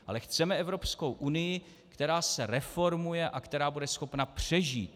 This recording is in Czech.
Ale chceme Evropskou unii, která se reformuje a která bude schopna přežít.